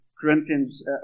Corinthians